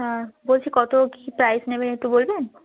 হ্যাঁ বলছি কতো কী প্রাইস নেবেন একটু বলবেন